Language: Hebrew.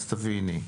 אז תביני.